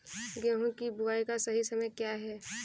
गेहूँ की बुआई का सही समय क्या है?